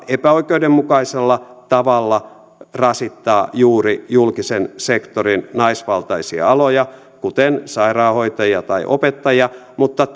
epäoikeudenmukaisella tavalla rasittaa juuri julkisen sektorin naisvaltaisia aloja kuten sairaanhoitajia tai opettajia mutta